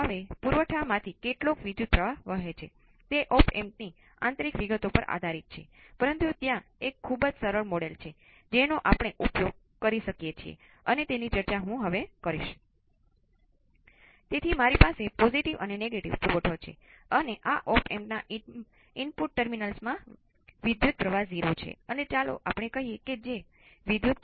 તેથી તમે આ ત્રણ વિકલન સમીકરણો વિશે જે નોંધ્યું છે તે કંઈપણ છે અથવા કંઈ નથી